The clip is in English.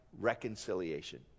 reconciliation